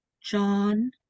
John